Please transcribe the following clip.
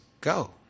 go